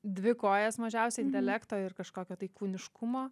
dvi kojas mažiausiai intelekto ir kažkokio tai kūniškumo